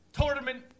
Tournament